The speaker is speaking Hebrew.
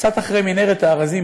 קצת אחרי מנהרת הארזים,